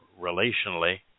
relationally